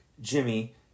Jimmy